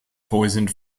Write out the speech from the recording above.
poisoned